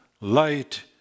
Light